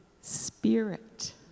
spirit